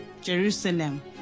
Jerusalem